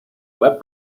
web